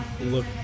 look